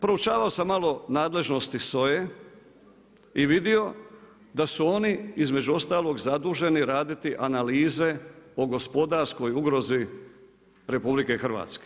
Proučavao sam malo nadležnosti SOA-e i vidio da su oni između ostalog zaduženi raditi analize o gospodarskoj ugrozi RH.